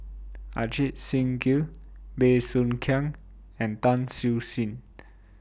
Ajit Singh Gill Bey Soo Khiang and Tan Siew Sin